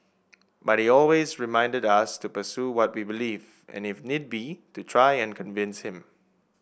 but he always reminded us to pursue what we believed and if need be to try and convince him